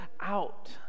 out